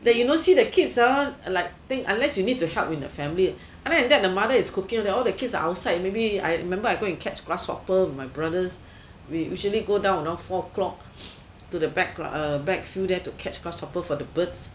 that you don't see the kids ah like unless you need to help in the family other than that the mother is cooking all the kids are outside maybe I remember I go and catch grasshoppers with my brothers we usually go down around four o'clock to the back~ uh backfield there to catch grasshoppers for the birds